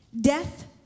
death